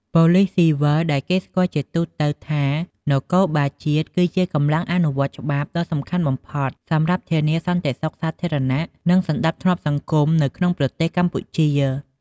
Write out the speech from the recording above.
ប៉ូលិសស៊ីវិល ដែលគេស្គាល់ជាទូទៅថាជានគរបាលជាតិ គឺជាកម្លាំងអនុវត្តច្បាប់ដ៏សំខាន់បំផុតសម្រាប់ធានាសន្តិសុខសាធារណៈ និងសណ្ដាប់ធ្នាប់សង្គមនៅក្នុងប្រទេសកម្ពុជា។